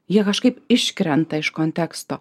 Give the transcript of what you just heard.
jie kažkaip iškrenta iš konteksto